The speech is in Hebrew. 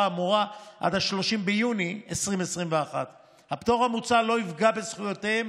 האמורה עד 30 ביוני 2021. הפטור המוצע לא יפגע בזכויותיהם